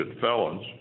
felons